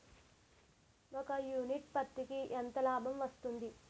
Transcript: ఒక యూనిట్ పత్తికి ఎంత లాభం వస్తుంది?